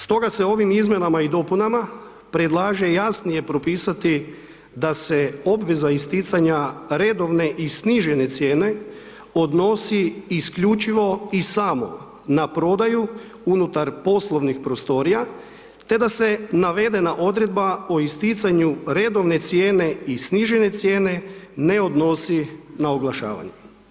Stoga, se ovim izmjenama i dopunama, predlaže jasnije propisati, da se obveza isticanja redovne i snižene cijene odnosi isključivo i samo na prodaju unutar poslovnih prostorija, te da se navedena odredba o isticanju redovne cijene i snižene cijene ne odnosi na oglašavanje.